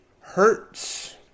hurts